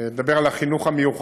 אני מדבר על החינוך המיוחד,